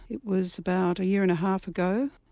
it was about a year and a half ago,